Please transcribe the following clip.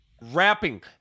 rapping